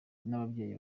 n’ababyeyi